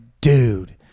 dude